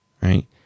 Right